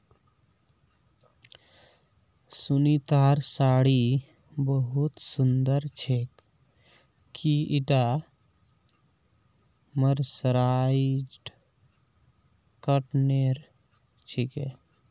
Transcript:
सुनीतार साड़ी बहुत सुंदर छेक, की ईटा मर्सराइज्ड कॉटनेर छिके